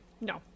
No